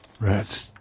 Rats